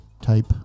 type